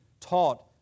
taught